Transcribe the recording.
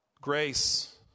Grace